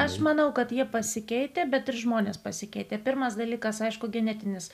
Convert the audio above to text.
aš manau kad jie pasikeitę bet ir žmonės pasikeitė pirmas dalykas aišku genetinis